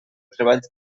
treballs